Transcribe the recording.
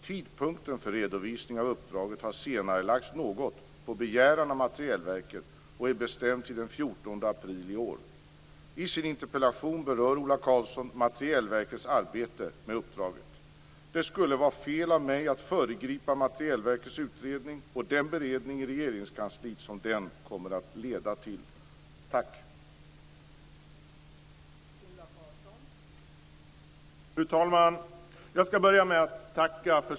Tidpunkten för redovisning av uppdraget har senarelagts något på begäran av Materielverket och är bestämd till den 14 april i år. I sin interpellation berör Ola Karlsson Materielverkets arbete med uppdraget. Det skulle vara fel av mig att föregripa Materielverkets utredning och den beredning i Regeringskansliet som den kommer att leda till.